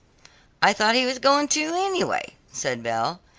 i thought he was going to anyway, said belle,